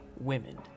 Women